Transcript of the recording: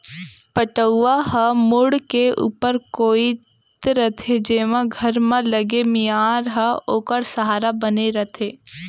पटउहां ह मुंड़ के ऊपर कोइत रथे जेमा घर म लगे मियार ह ओखर सहारा बने रथे